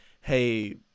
hey